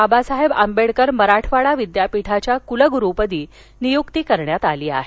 बाबासाहेब आंबेडकर मराठवाडा विद्यापीठाच्या कुलगुरूपदी नियुक्ती करण्यात आली आहे